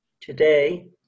today